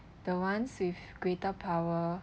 the ones with greater power